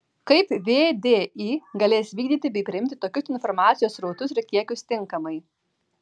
kaip vdi galės vykdyti bei priimti tokius informacijos srautus ir kiekius tinkamai